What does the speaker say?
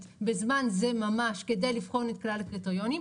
בזמן זה ממש כדי לבחון את כלל הקריטריונים,